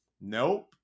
nope